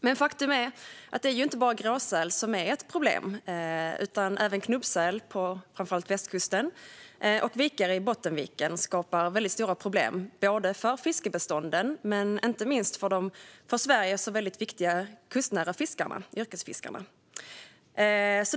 Men faktum är att det inte bara är gråsäl som är ett problem, utan även knubbsäl på framför allt västkusten och vikare i Bottenviken skapar stora problem för fiskebestånden och, inte minst, för de för Sverige så viktiga kustnära fiskarna - yrkesfiskarna.